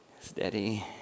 steady